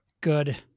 good